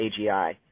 AGI